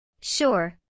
Sure